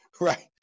Right